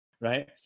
Right